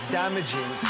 damaging